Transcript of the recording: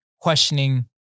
questioning